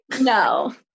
No